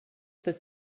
that